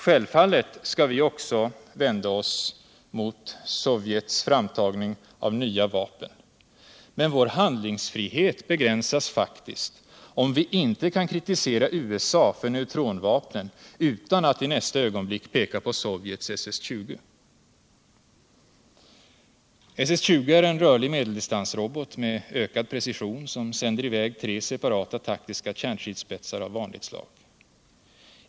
Självfallet skall vi också vända oss mot Sovjets framtagning av nya vapen -- men vår handlingsfrihet begränsas faktiskt om vi inte kan kritisera USA för neutronvapnen utan att inästa ögonblick peka på Sovjets SS 20. SS 20 är en rörlig medeldistansrobot med ökad precision, som sänder I väg tre separata taktiska kärnstridsspetsar av vanligt slag.